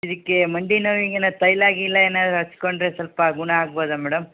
ಇದಕ್ಕೆ ಮಂಡಿ ನೋವಿಗೆ ಏನಾರು ತೈಲ ಗಿಲ ಏನರು ಹಚ್ಕೊಂಡ್ರೆ ಸ್ವಲ್ಪ ಗುಣ ಆಗ್ಬೋದ ಮೇಡಮ್